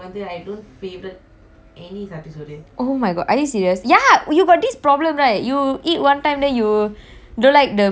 oh my god are you serious ya you got this problem right you eat one time then you don't like the food already one if there if not nice the first time you eat